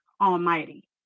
Almighty